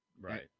Right